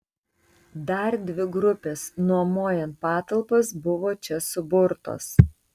dar dvi grupės nuomojant patalpas buvo čia suburtos